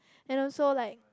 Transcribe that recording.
and also like